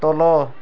ତଳ